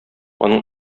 аның